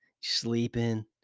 sleeping